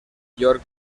york